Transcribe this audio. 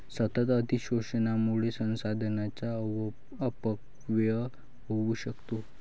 सतत अतिशोषणामुळे संसाधनांचा अपव्यय होऊ शकतो